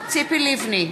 ציפי לבני,